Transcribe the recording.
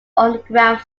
underground